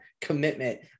commitment